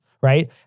right